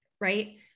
Right